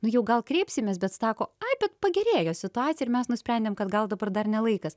nu jau gal kreipsimės bet sako ai bet pagerėjo situacija ir mes nusprendėm kad gal dabar dar ne laikas